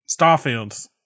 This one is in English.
Starfields